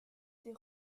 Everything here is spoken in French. des